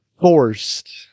forced